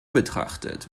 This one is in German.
betrachtet